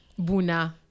Buna